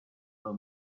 were